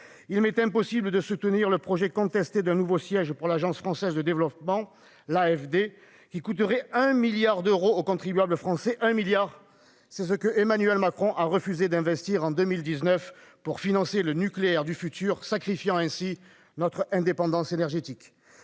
Il m'est impossible de soutenir le projet contesté d'un nouveau siège pour l'Agence française de développement, qui coûterait 1 milliard d'euros au contribuable français. Cette somme, c'est précisément ce qu'Emmanuel Macron a refusé d'investir en 2019 pour financer le nucléaire du futur, sacrifiant ainsi notre indépendance énergétique